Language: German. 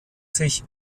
sich